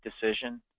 decision